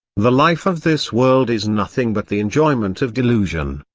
the life of this world is nothing but the enjoyment of delusion.